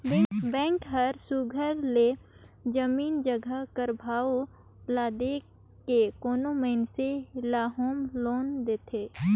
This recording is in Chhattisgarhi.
बेंक हर सुग्घर ले जमीन जगहा कर भाव ल देख के कोनो मइनसे ल होम लोन देथे